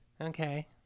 Okay